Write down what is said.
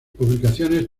publicaciones